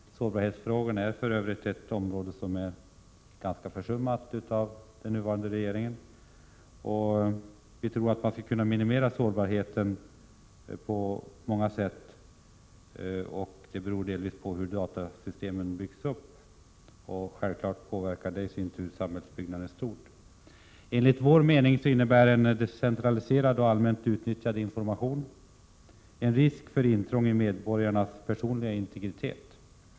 Sårbarhetsfrågorna är för övrigt ett område som är ganska försummat av den 129 nuvarande regeringen. Vi tror att sårbarheten skall kunna minimeras. Det beror delvis på hur datasystemen byggs upp. Självfallet påverkar detta i sin tur samhällsutbyggnaden i stort. Enligt vår mening innebär en centraliserad och allmänt utnyttjad information en risk för intrång i medborgarnas personliga integritet.